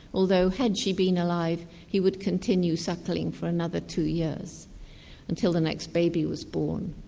although had she been alive he would continue suckling for another two years until the next baby was born.